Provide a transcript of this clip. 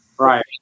Right